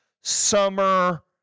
summer